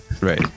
Right